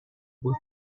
بود